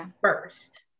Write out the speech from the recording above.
first